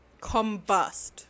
combust